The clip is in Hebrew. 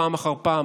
פעם אחר פעם,